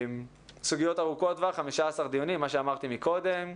סוגיות ארוכות טווח, 15 דיונים, מה שאמרתי מקודם.